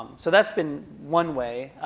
so that's been one way.